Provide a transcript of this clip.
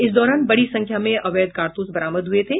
इस दौरान बड़ी संख्या में अवैध कारतूस बरामद हुए थे